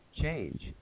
change